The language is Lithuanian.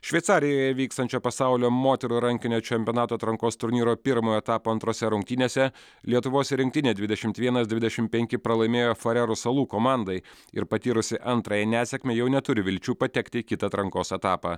šveicarijoje vykstančio pasaulio moterų rankinio čempionato atrankos turnyro pirmojo etapo antrose rungtynėse lietuvos rinktinė dvidešimt vienas dvidešimt penki pralaimėjo farerų salų komandai ir patyrusi antrąją nesėkmę jau neturi vilčių patekti į kitą atrankos etapą